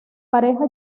pareja